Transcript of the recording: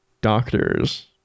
doctors